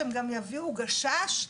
שהם גם יביאו גשש,